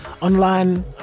online